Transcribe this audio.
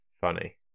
funny